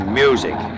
music